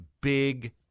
big